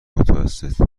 متوسط